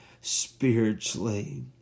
spiritually